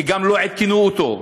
כי גם לא עדכנו אותו,